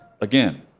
again